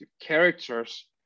characters